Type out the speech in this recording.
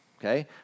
Okay